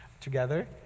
together